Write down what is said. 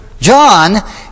John